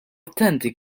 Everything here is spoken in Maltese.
attenti